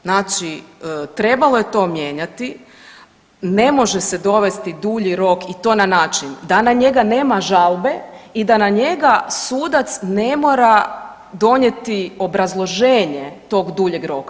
Znači trebalo je to mijenjati ne može se dovesti dulji rok i to na način da na njega nema žalbe i da njega sudac ne mora donijeti obrazloženje tog duljeg roka.